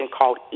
called